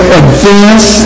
advance